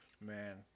man